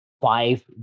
Five